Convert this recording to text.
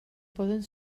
poden